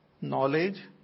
knowledge